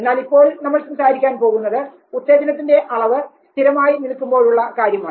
എന്നാൽ ഇപ്പോൾ നമ്മൾ സംസാരിക്കാൻ പോകുന്നത് ഉത്തേജനത്തിന്റെ അളവ് സ്ഥിരമായി നിൽക്കുമ്പോഴുള്ള ഉള്ള കാര്യമാണ്